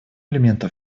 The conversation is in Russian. элементом